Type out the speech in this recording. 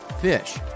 fish